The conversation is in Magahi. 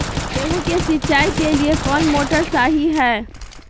गेंहू के सिंचाई के लिए कौन मोटर शाही हाय?